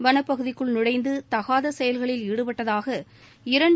வனப்பகுதிக்குள் நுழைந்து தகாத செயல்களில் ஈடுபட்டதாக இரண்டு